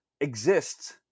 exists